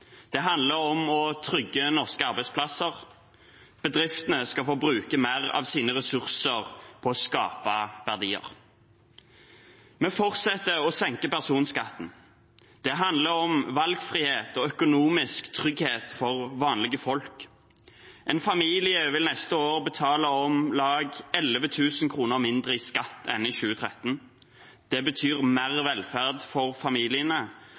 Det handler om å trygge norske arbeidsplasser. Bedriftene skal få bruke mer av sine ressurser på å skape verdier. Vi fortsetter å senke personskatten. Det handler om valgfrihet og økonomisk trygghet for vanlige folk. En familie vil neste år betale om lag 11 000 kr mindre i skatt enn i 2013. Det betyr mer velferd for familiene,